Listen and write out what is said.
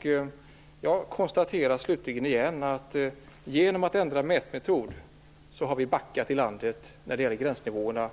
Slutligen konstaterar jag återigen att genom att ändra mätmetod har vi i Sverige backat när det gäller gränsnivåerna.